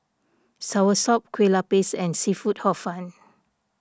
Soursop Kueh Lapis and Seafood Hor Fun